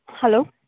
hello